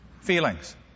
Feelings